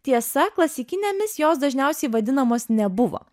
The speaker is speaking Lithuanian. tiesa klasikinėmis jos dažniausiai vadinamos nebuvo